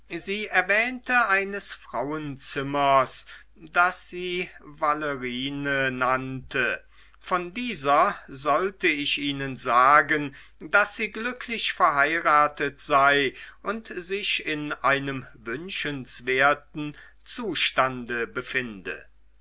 sie erwähnte eines frauenzimmers das sie valerine nannte von dieser sollte ich ihnen sagen daß sie glücklich verheiratet sei und sich in einem wünschenswerten zustande befinde